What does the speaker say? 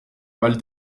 mal